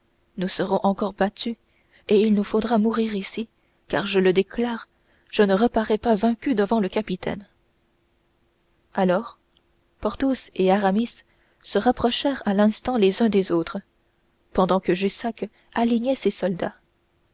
nous serons encore battus et il nous faudra mourir ici car je le déclare je ne reparais pas vaincu devant le capitaine alors porthos et aramis se rapprochèrent à l'instant les uns des autres pendant que jussac alignait ses soldats